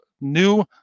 New